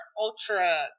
ultra